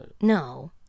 No